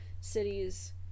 cities